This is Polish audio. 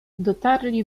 dotarli